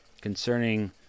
concerning